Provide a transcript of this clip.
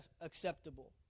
acceptable